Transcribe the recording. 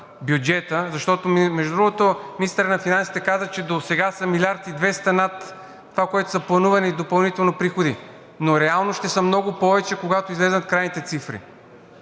бюджета, защото, между другото, министърът на финансите каза, че досега са над 1 млрд. 200 млн. лв. над това, което са планували допълнително приходи, но реално ще са много повече, когато излязат крайните цифри,